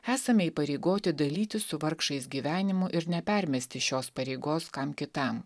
esame įpareigoti dalytis su vargšais gyvenimu ir nepermesti šios pareigos kam kitam